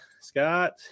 Scott